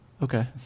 Okay